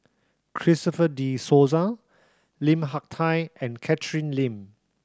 Christopher De Souza Lim Hak Tai and Catherine Lim